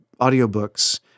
audiobooks